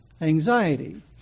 anxiety